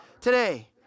Today